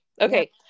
Okay